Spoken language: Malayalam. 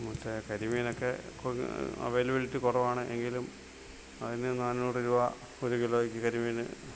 മറ്റേ കരിമീനൊക്കെ അവൈലബിലിറ്റി കുറവാണ് എങ്കിലും അതിന് നാനൂറ് രൂപ ഒരു കിലോയ്ക്ക് കരിമീന്